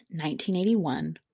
1981